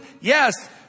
Yes